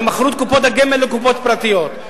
הרי מכרו את קופות הגמל לקופות פרטיות.